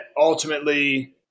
ultimately